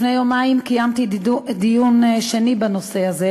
לפני יומיים קיימתי דיון שני בנושא הזה